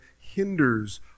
hinders